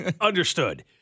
Understood